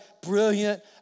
brilliant